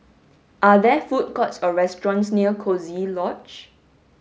are there food courts or restaurants near Coziee Lodge